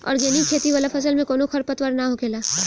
organic खेती वाला फसल में कवनो खर पतवार ना होखेला